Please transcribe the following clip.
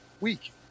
week